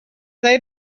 they